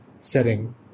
setting